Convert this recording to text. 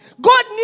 God